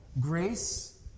grace